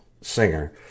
singer